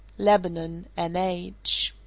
lebanon, n h.